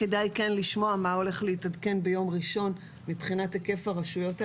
כדאי כן לשמוע מה הולך להתעדכן ביום ראשון מבחינת היקף הרשויות האדומות,